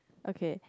okay